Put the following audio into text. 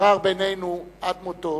ששרר בינינו עד מותו,